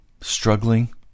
struggling